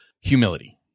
humility